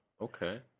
okay